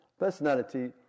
Personality